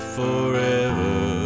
forever